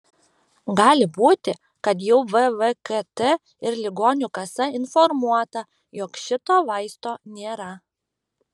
gali būti kad jau vvkt ir ligonių kasa informuota jog šito vaisto nėra